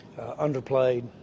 underplayed